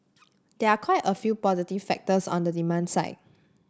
there are quite a few positive factors on the demand side